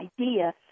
idea